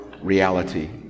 reality